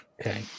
Okay